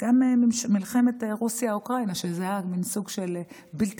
וגם מלחמת רוסיה אוקראינה הייתה סוג של משהו בלתי